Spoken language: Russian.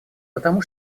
потому